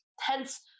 hence